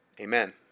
Amen